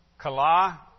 Kalah